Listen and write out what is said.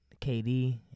KD